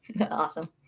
Awesome